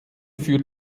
führt